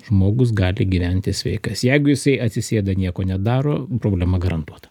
žmogus gali gyventi sveikas jeigu jisai atsisėda nieko nedaro problema garantuota